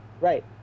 Right